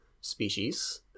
species